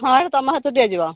ହଁ ତମ ହାତରୁ ଦିଆଯିବ